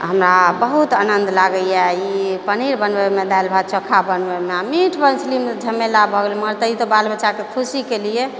हमरा बहुत आनन्द लागैए ई पनीर बनबैमे दालि भात चोखा बनबैमे आओर मीट मछलीमे झमेला भऽ गेल पर तहन तँ बाल बच्चाके खुशीके लिए